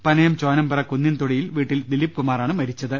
പനയം ചോനംചിറ കുന്നിൽതൊടിയിൽ വീട്ടിൽ ദിലീപ്കുമാർ ആ ണ് മരിച്ചത്